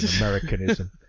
Americanism